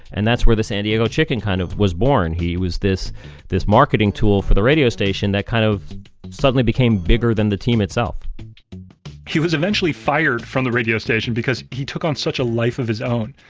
and that's where the san diego chicken kind of was born. he was this this marketing tool for the radio station that kind of suddenly became bigger than the team itself he was eventually fired from the radio station because he took on such a life of his own.